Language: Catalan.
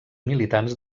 militants